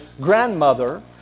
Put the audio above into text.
grandmother